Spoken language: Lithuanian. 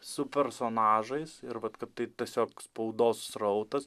su personažais ir vat kad tai tiesiog spaudos srautas